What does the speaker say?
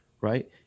right